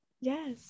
Yes